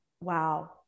Wow